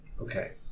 Okay